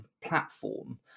platform